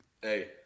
Hey